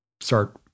start